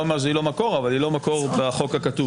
אני לא אומר שהיא לא מקור אבל היא לא מקור בחוק הכתוב.